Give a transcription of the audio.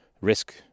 risk